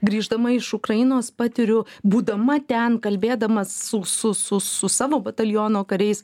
grįždama iš ukrainos patiriu būdama ten kalbėdama su su su su savo bataljono kariais